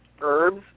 herbs